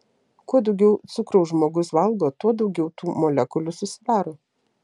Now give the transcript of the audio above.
kuo daugiau cukraus žmogus valgo tuo daugiau tų molekulių susidaro